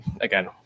again